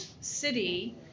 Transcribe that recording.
city